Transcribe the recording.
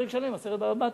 פרק שלם במסכת בבא בתרא.